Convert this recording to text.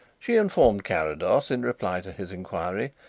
she informed carrados, in reply to his inquiry,